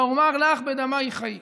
"ואמר לך בדמיך חיי".